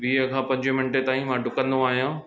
वीह खां पंजवीह मिंट ताईं मां ॾुकंदो आहियां